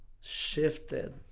shifted